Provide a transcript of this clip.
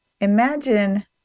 imagine